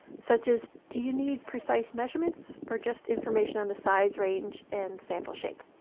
such as do you need precise measurements or just information on the size range and sample shape.